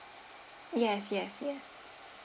yes yes yes